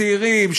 צעירים,